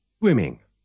swimming